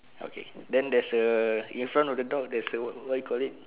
okay then there's a in front of the dog there's a what what you call it